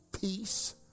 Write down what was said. peace